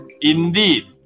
indeed